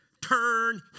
Turn